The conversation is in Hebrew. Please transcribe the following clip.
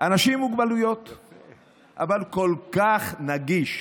איש עם מוגבלויות, אבל כל כך נגיש.